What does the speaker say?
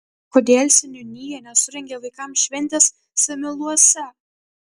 kodėl seniūnija nesurengė vaikams šventės samyluose